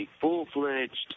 full-fledged